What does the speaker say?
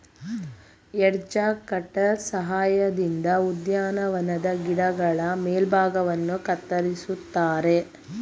edge cutter ಸಹಾಯದಿಂದ ಉದ್ಯಾನವನದ ಗಿಡಗಳ ಮೇಲ್ಭಾಗವನ್ನು ಕತ್ತರಿಸುತ್ತಾರೆ